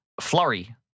Flurry